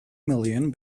million